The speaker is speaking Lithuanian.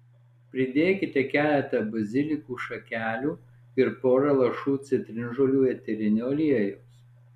pridėkite keletą bazilikų šakelių ir pora lašų citrinžolių eterinio aliejaus